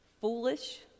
foolish